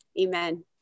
Amen